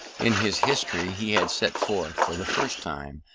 in his history he had set forth, for the first time,